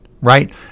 right